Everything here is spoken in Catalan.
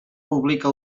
pública